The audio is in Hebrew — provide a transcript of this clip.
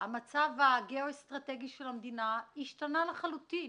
והמצב הגאו-אסטרטגי של המדינה השתנה לחלוטין,